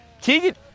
Keegan